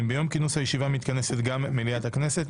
אם ביום כינוס הישיבה מתכנסת גם מליאת הכנסת,